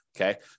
okay